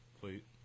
plate